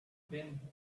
been